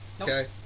okay